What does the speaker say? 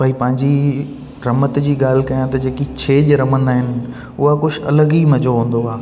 भई पंहिंजी रमति जी ॻाल्हि कयां त जेकी छेॼ रमंदा आहिनि उहा कुझु अलॻि ई मज़ो हूंदो आहे